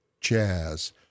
jazz